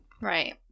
Right